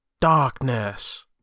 darkness